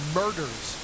murders